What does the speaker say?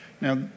Now